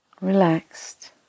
relaxed